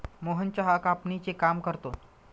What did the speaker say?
मोहन चहा कापणीचे काम करतो